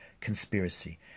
conspiracy